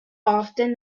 often